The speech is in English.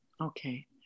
Okay